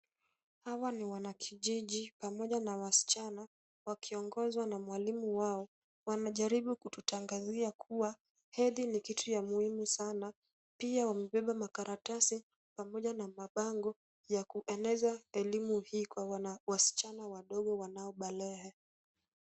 Hawa ni wanakijiji pamoja na wasichana wakiongozwa na mwalimu wao. Wamejaribu kututangazia kuwa heri ni kitu ya muhimu sana. Pia wamebeba makaratasi pamoja na mabango ya kueneza elimu hii kwa wasichana wadogo wanao balehe.